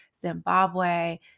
Zimbabwe